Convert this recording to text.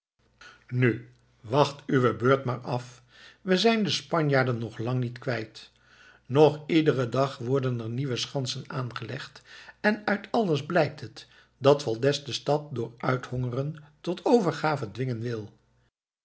nu wacht uwe beurt maar af we zijn de spanjaarden nog lang niet kwijt nog iederen dag worden er nieuwe schansen aangelegd en uit alles blijkt het dat valdez de stad door uithongeren tot de overgave dwingen wil